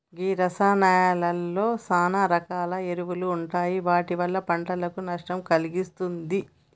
గీ రసాయానాలలో సాన రకాల ఎరువులు ఉంటాయి వాటి వల్ల పంటకు నష్టం కలిగిస్తుంది